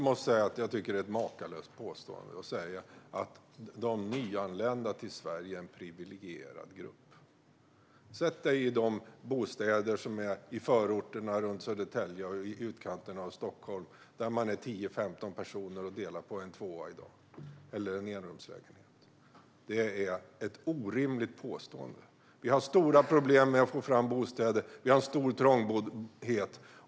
Fru talman! Det är ett makalöst påstående att de nyanlända till Sverige är en privilegierad grupp. Sätt dig i de bostäder som ligger i förorterna runt Södertälje och i utkanten av Stockholm, Roger Hedlund, där tio femton personer delar på en tvåa eller en enrumslägenhet i dag! Det är ett orimligt påstående. Vi har stora problem med att få fram bostäder, och vi har stor trångboddhet.